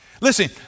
Listen